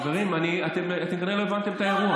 חברים, אתם כנראה לא הבנתם את האירוע.